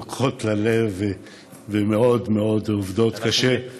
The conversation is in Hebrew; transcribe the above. לוקחות ללב ועובדות קשה מאוד מאוד.